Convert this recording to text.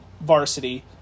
varsity